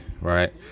right